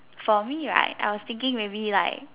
for me right I was thinking maybe like